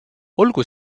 olgu